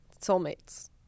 soulmates